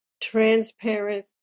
transparent